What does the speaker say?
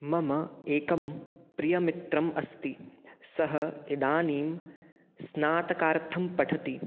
मम एकं प्रियमित्रम् अस्ति सः इदानीं स्नातकार्थं पठति